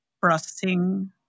processing